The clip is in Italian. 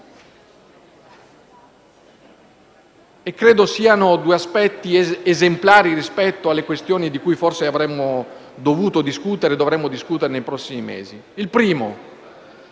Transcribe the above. Credo siano due gli aspetti esemplari rispetto alle questioni di cui forse avremmo dovuto discutere e dovremmo discutere nei prossimi mesi.